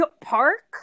park